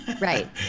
Right